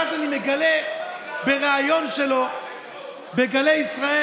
אדוני היושב-ראש, חבריי חברי הכנסת, אדוני השר,